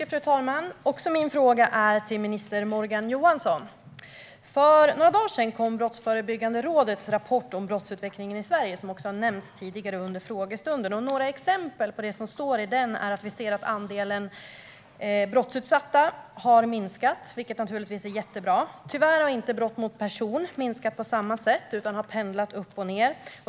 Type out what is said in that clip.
Fru talman! Också min fråga går till minister Morgan Johansson. För några dagar sedan kom Brottsförebyggande rådets rapport om brottsutvecklingen i Sverige, som också har nämnts tidigare under frågestunden. Några exempel på det som står i den är att andelen brottsutsatta har minskat, vilket givetvis är jättebra. Tyvärr har inte brott mot person minskat på samma sätt utan pendlat upp och ned.